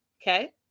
okay